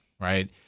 right